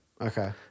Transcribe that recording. Okay